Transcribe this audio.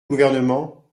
gouvernement